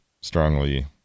strongly